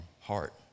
heart